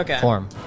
form